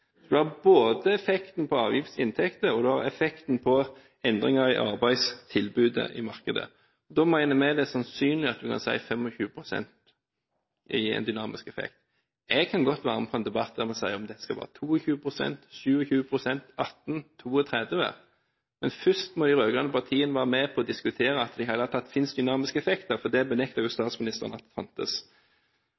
du få en effekt både på avgiftsinntekter og på endringer i arbeidstilbudet i markedet. Da mener vi det er sannsynlig at vi kan si 25 pst. i en dynamisk effekt. Jeg kan godt være med på en debatt der vi diskuterer om det skal være 22 pst., 27 pst., 18 pst. eller 32 pst., men først må de rød-grønne partiene være med på å diskutere om det i det hele tatt finnes dynamiske effekter, for det benekter jo